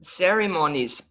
ceremonies